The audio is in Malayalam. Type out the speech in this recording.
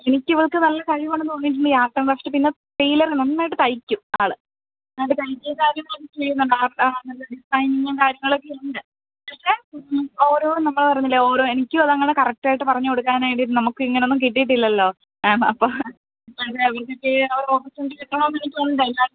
എനിക്കിവൾക്കു നല്ല കഴിവുണ്ടെന്നു തോന്നി ഈ ആർട്ട് ആൻഡ് ക്രാഫ്റ്റ് പിന്നെ ടെയ്ലറ് നന്നായിട്ടു തയ്ക്കും ആള് അതു തയ്ക്കുക കാര്യങ്ങളൊക്കെ ചെയ്യുന്നുണ്ട് ഡിസൈനിങ്ങും കാര്യങ്ങളൊക്കെയുണ്ട് പിന്നെ ഓരോ നമ്മള് പറഞ്ഞില്ലേ ഓരോ എനിക്കുമതങ്ങനെ കറക്റ്റായിട്ടു പറഞ്ഞു കൊടുക്കാന്വേണ്ടി നമുക്കിങ്ങനെയൊന്നും കിട്ടിയിട്ടില്ലല്ലോ ആണ് അപ്പോള് കിട്ടണമെന്നെനിക്കുണ്ട് എല്ലാ